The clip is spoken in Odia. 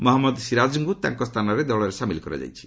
ମହମ୍ମଦ ସିରାଜ୍ଙ୍କୁ ତାଙ୍କ ସ୍ଥାନରେ ଦଳରେ ସାମିଲ କରାଯାଇଛି